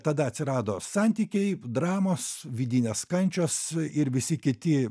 tada atsirado santykiai dramos vidinės kančios ir visi kiti